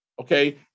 okay